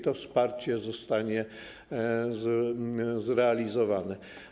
To wsparcie zostanie zrealizowane.